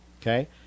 Okay